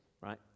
right